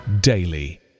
daily